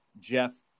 Jeff